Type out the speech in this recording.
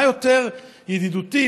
מה יותר ידידותי,